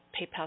PayPal